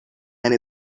and